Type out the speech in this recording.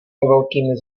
velkými